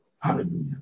Hallelujah